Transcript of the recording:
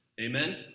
Amen